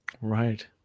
Right